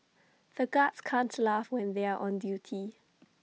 the guards can't laugh when they are on duty